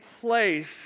place